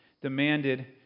demanded